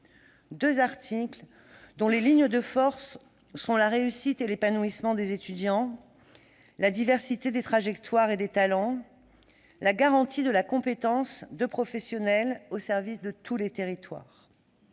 deux articles dont les lignes de force sont la réussite et l'épanouissement des étudiants, la diversité des trajectoires et des talents, la garantie de la compétence des professionnels au service de tous les territoires.